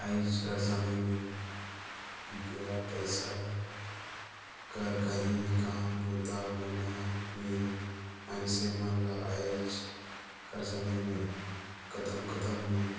आएज कर समे में बिगर पइसा कर काहीं काम बूता होना नी हे मइनसे मन ल आएज कर समे में कदम कदम में